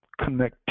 connectivity